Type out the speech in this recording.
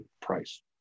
price